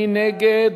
מי נגד?